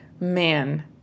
man